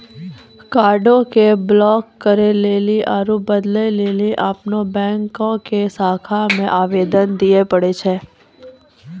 कार्डो के ब्लाक करे लेली आरु बदलै लेली अपनो बैंको के शाखा मे आवेदन दिये पड़ै छै